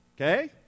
Okay